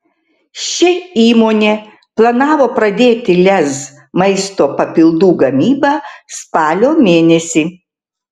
ši įmonė planavo pradėti lez maisto papildų gamybą spalio mėnesį